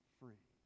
free